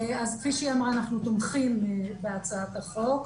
כפי שהיא אמרה, אנחנו תומכים בהצעת החוק,